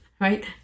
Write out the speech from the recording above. right